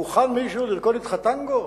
מוכן מישהו לרקוד אתך טנגו?